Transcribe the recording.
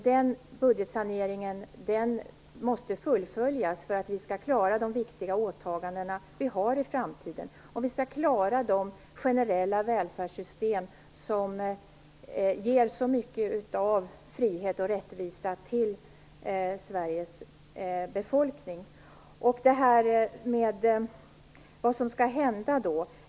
Den budgetsaneringen måste fullföljas för att vi skall klara de viktiga åtaganden vi har i framtiden, om vi skall klara de generella välfärdssystem som ger så mycket av frihet och rättvisa till Sveriges befolkning. Sigge Godin frågade vad som skall hända.